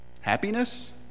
Happiness